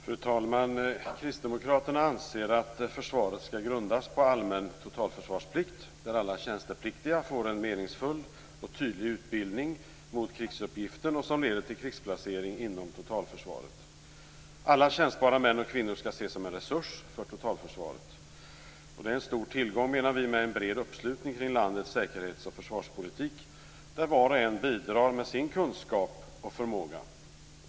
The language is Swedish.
Fru talman! Kristdemokraterna anser att försvaret skall grundas på allmän totalförsvarsplikt där alla tjänstepliktiga får en meningsfull och tydlig utbildning mot krigsuppgiften och som leder till krigsplacering inom totalförsvaret. Alla tjänstbara män och kvinnor skall ses som en resurs för totalförsvaret. Det är en stor tillgång, menar vi, med en bred uppslutning kring landets säkerhets och försvarspolitik, där var och en bidrar med sin kunskap och förmåga.